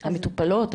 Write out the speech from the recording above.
המטופלות?